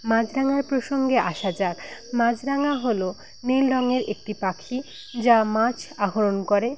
মাছরাঙার প্রসঙ্গে আসা যাক মাছরাঙা হল নীল রঙের একটি পাখি যা মাছ আহরণ করে